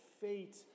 fate